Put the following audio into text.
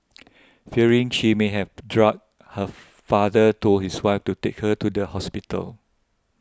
fearing she may have been drugged her father told his wife to take her to the hospital